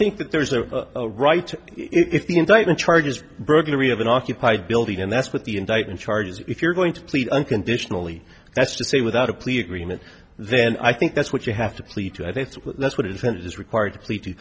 think that there's a right if the indictment charges burglary of an occupied building and that's what the indictment charges if you're going to plead unconditionally that's to say without a plea agreement then i think that's what you have to plead to i think that's what intent is required to